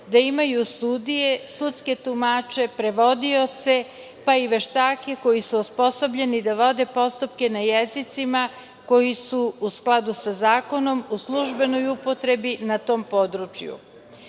da imaju sudije, sudske tumače, prevodioce, pa i veštake koji su osposobljeni da vode postupke na jezicima koji su u skladu sa zakonom, u službenoj upotrebi na tom području. Kao